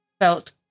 felt